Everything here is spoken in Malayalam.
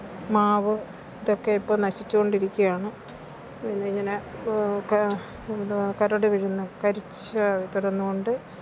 മാവ് ഇതൊക്കെ ഇപ്പം നശിച്ചു കൊണ്ടിരിക്കുകയാണ് പിന്നിങ്ങനെ ക് എന്തുവാ കരട് വീഴുന്നു കരിച്ച് തുടർന്നു കൊണ്ട്